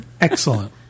Excellent